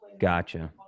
Gotcha